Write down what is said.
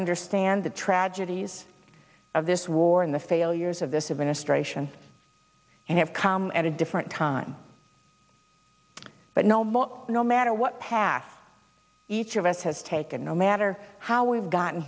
understand the tragedies of this war and the failures of this administration and have come at a different time but no more no matter what path each of us has taken no matter how we've gotten